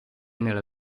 nella